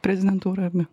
prezidentūrą ar ne